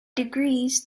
degrees